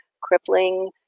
crippling